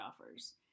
offers